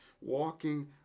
walking